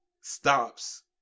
stops